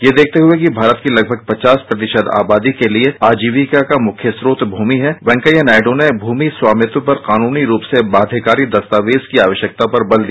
यह देखते हुए कि भारत की लगभग पचास प्रतिशत आबादी के लिए आजीविका का मुख्य स्रोत भूमि है येंकैया नायडू ने भूमि स्वामित्व पर कानूनी रूप से बाध्यकारी दस्तावेज की आवश्यकता पर बल दिया